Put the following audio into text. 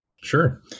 Sure